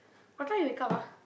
what time you wake up ah